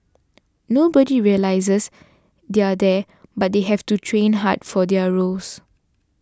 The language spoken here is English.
nobody realises they're there but they have to train hard for their roles